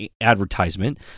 advertisement